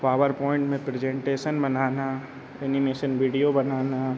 PowerPoint में presentation बनाना animation video बनाना